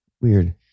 Weird